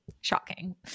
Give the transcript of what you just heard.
Shocking